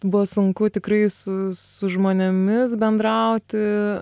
buvo sunku tikrai su su žmonėmis bendrauti